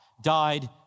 died